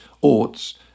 oughts